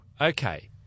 okay